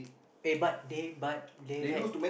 aye but they but they like